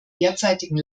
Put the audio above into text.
derzeitigen